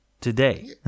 today